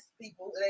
people